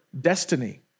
destiny